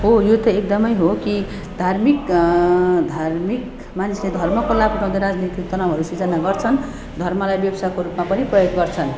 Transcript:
हो यो त एकदमै हो कि धार्मिक धार्मिक मानिसले धर्मको लाभ उठाउँदाखेरि राजनीतिक तनाउहरू सिर्जना गर्छन् धर्मलाई व्यवसायको रूपमा पनि प्रयोग गर्छन्